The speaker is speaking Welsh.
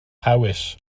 hawys